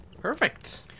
Perfect